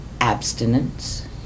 abstinence